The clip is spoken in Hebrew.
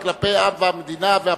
היא כלפי העם והמדינה והפרוטוקול.